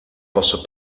posso